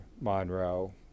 Monroe